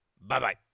Bye-bye